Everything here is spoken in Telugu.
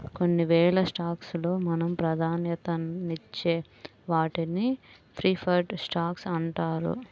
కొన్ని వేల స్టాక్స్ లో మనం ప్రాధాన్యతనిచ్చే వాటిని ప్రిఫర్డ్ స్టాక్స్ అంటారు